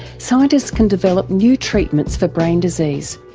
scientists can develop new treatments for brain disease.